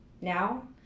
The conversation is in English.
Now